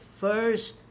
first